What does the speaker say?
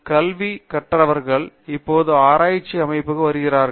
கல்வி கற்றவர்கள் இப்போது ஆராய்ச்சி அமைப்புக்கு வருகிறார்கள்